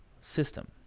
system